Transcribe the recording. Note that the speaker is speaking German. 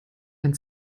ein